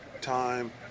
time